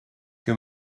que